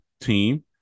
team